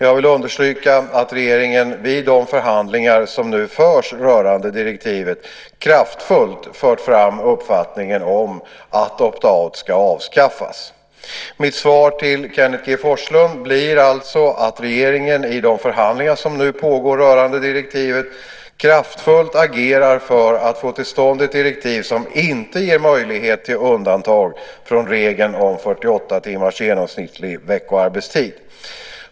Jag vill understryka att regeringen vid de förhandlingar som nu förs rörande direktivet kraftfullt för fram uppfattningen att opt out ska avskaffas. Mitt svar till Kenneth G Forslund blir alltså att regeringen i de förhandlingar som nu pågår rörande direktivet kraftfullt agerar för att få till stånd ett direktiv som inte ger möjlighet till undantag från regeln om 48 timmars genomsnittlig veckoarbetstid.